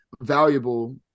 valuable